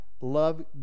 love